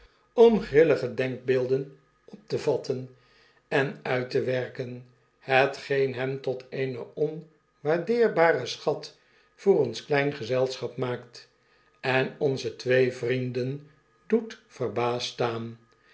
om grillige denkbeelden op te vatten en uit'te werken hetgeen he t m tot eenen onwaardeerbaren schat voor ons klein gezelsqhp maakt en onze twee vrienden doet verbaasd staan